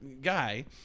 guy